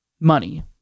Money